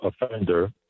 offender